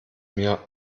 mir